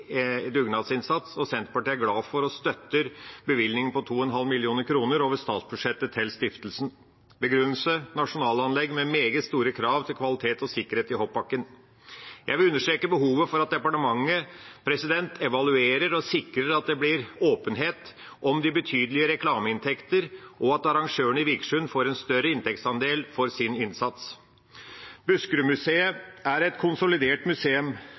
dugnadsinnsats, og Senterpartiet er glad for og støtter bevilgningen på 2,5 mill. kr over statsbudsjettet til stiftelsen. Begrunnelse: nasjonalanlegg med meget store krav til kvalitet og sikkerhet i hoppbakken. Jeg vil understreke behovet for at departementet evaluerer og sikrer at det blir åpenhet om de betydelige reklameinntektene, og at arrangørene i Vikersund får en større inntektsandel for sin innsats. Buskerudmuseet er et konsolidert museum,